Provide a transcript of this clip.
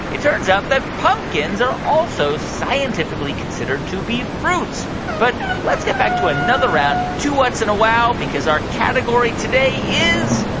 it turns out that pumpkins are also scientifically considered to be fruits but let's get back to another round of two whats? and a wow! because our category today is.